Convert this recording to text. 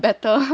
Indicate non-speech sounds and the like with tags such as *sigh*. *breath* better *laughs*